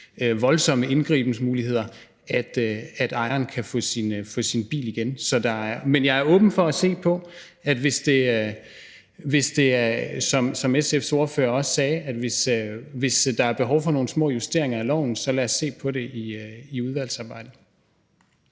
voldsomme indgrebsmuligheder, kan få sin bil igen. Men jeg er åben for at se på det, hvis – som SF's ordfører også sagde – der er behov for nogle små justeringer i lovforslaget. Så lad os se på det i udvalgsarbejdet.